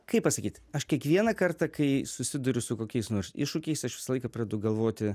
kaip pasakyt aš kiekvieną kartą kai susiduriu su kokiais nors iššūkiais aš visą laiką pradedu galvoti